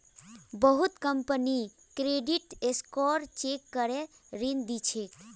बहुत company credit score check करे ऋण दी छेक